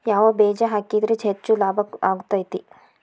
ಯಾವ ಬೇಜ ಹಾಕಿದ್ರ ಹೆಚ್ಚ ಲಾಭ ಆಗುತ್ತದೆ?